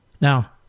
Now